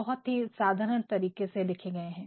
बहुत ही साधारण तरीके से लिखे गए हैं